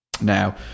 Now